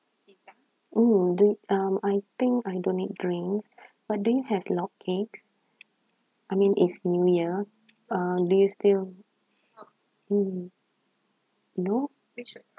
oh do um I think I don't need drinks but do you have log cakes I mean it's new year uh do you still mm no